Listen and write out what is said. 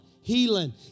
healing